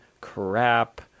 crap